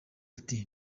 ati